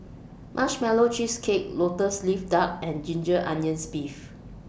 Marshmallow Cheesecake Lotus Leaf Duck and Ginger Onions Beef